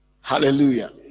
hallelujah